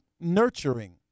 nurturing